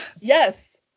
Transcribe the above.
yes